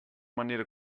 manera